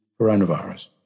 coronavirus